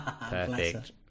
Perfect